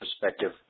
perspective